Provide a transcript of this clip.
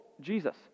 Jesus